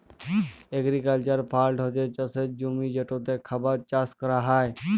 agricultural land হছে চাষের জমি যেটতে খাবার চাষ ক্যরা হ্যয়